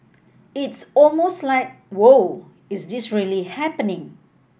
it's almost like Wow is this really happening